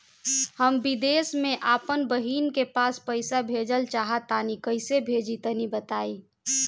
हम विदेस मे आपन बहिन के पास पईसा भेजल चाहऽ तनि कईसे भेजि तनि बताई?